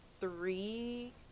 three